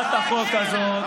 דודי אמסלם, מה שלומך?